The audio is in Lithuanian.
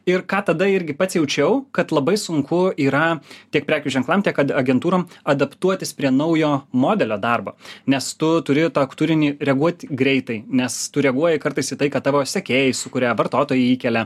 ir ką tada irgi pats jaučiau kad labai sunku yra tiek prekių ženklam tiek agentūrom adaptuotis prie naujo modelio darbo nes tu turi tą turinį reaguot greitai nes tu reaguoji kartais į tai kad tavo sekėjai kuria vartotojai įkelia